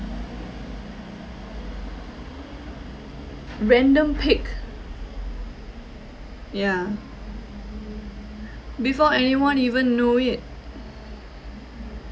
random pick yeah before anyone even know it